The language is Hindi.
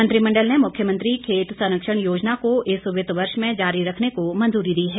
मंत्रिमंडल ने मुख्यमंत्री खेत संरक्षण योजना को इस वित्त वर्ष में जारी रखने को मंजूरी दी है